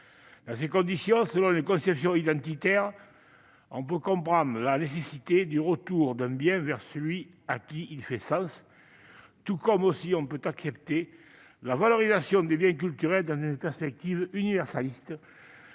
Dans ces conditions, selon une conception identitaire, on peut comprendre la nécessité du retour d'un bien vers celui à qui il fait sens, tout comme on peut accepter la valorisation des biens culturels dans une perspective universaliste,